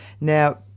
Now